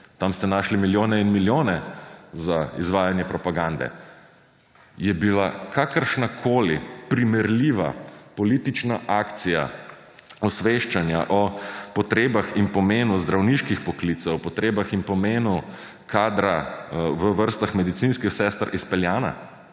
Tam ste našli milijone in milijone za izvajanje propagande. Je bila kakršnakoli primerljiva politična akcija osveščanja o potrebah in pomenu zdravniških poklicev, potrebah in pomenu kadra v vrstah medicinskih sester izpeljana,